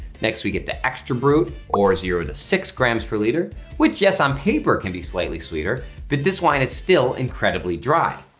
next we get the extra brut or zero to six grams per liter which, yes, on paper can be slightly sweeter but this wine is still incredibly dry.